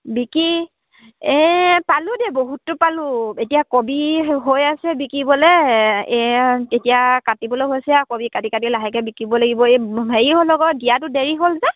বিকি এই পালোঁ দেই বহুতো পালোঁ এতিয়া কবি হৈ আছে বিকিবলৈ এই এতিয়া কাটিবলৈ হৈছে আৰু কবি কাটি কাটি লাহেকৈ বিকিব লাগিব এই হেৰি হ'ল আকৌ দিয়াটো দেৰি হ'ল যে